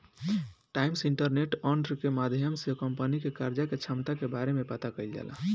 times interest earned के माध्यम से कंपनी के कर्जा के क्षमता के बारे में पता कईल जाला